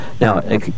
Now